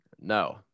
No